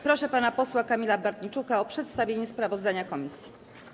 Proszę pana posła Kamila Bortniczuka o przedstawienie sprawozdania komisji.